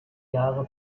jahre